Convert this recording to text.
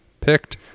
picked